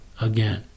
again